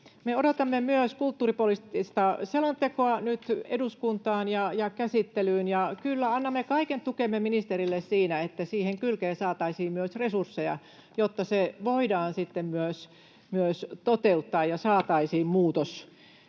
odotamme myös kulttuuripoliittista selontekoa nyt eduskuntaan ja käsittelyyn. Ja kyllä annamme kaiken tukemme ministerille siinä, että siihen kylkeen saataisiin myös resursseja, jotta se voidaan sitten myös toteuttaa ja [Puhemies